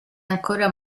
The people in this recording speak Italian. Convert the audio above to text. ancora